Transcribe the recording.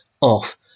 off